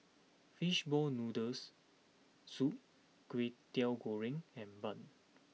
Fishball Noodles Soup Kway Teow Goreng and Bun